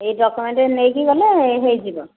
ଏଇ ଡକ୍ୟୁମେଣ୍ଟ୍ ନେଇକି ଗଲେ ହେଇଯିବ